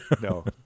no